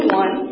one